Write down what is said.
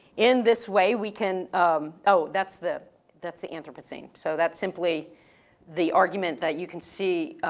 in this way we can oh that's the, that's the anthropocene. so that's simply the argument that you can see,